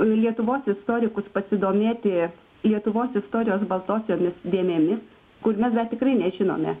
lietuvos istorikus pasidomėti lietuvos istorijos baltosiomis dėmėmis kur mes dar tikrai nežinome